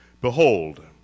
Behold